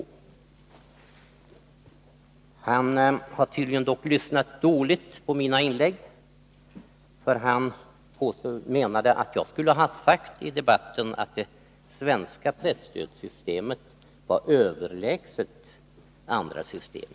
Tydligen har han dock lyssnat dåligt på mina inlägg, för han menade att jag skulle ha sagt i debatten att det svenska presstödssystemet var överlägset andra system.